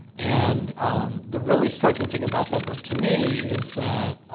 and the really striking thing about that book to me is that